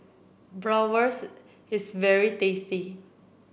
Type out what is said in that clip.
Bratwurst is very tasty